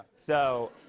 so.